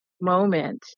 moment